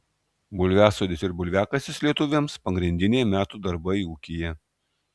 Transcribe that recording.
bulviasodis ir bulviakasis lietuviams pagrindiniai metų darbai ūkyje